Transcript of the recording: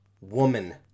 woman